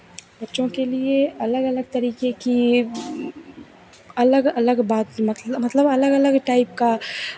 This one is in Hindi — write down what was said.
बच्चों के लिए अलग अलग तरीके की अलग अलग बात मतलब अलग अलग टाइप का